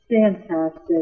Fantastic